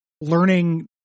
learning